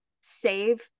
save